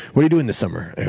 what are you doing this summer?